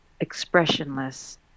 expressionless